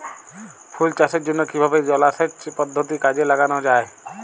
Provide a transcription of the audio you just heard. ফুল চাষের জন্য কিভাবে জলাসেচ পদ্ধতি কাজে লাগানো যাই?